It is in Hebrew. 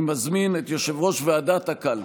אני מזמין את יושב-ראש ועדת הקלפי,